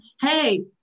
hey